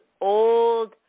old